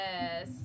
Yes